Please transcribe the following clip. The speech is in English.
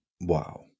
Wow